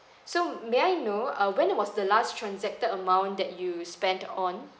so may I know uh when was the last transacted amount that you spent on